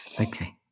okay